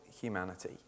humanity